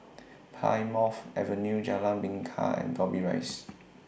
Plymouth Avenue Jalan Bingka and Dobbie Rise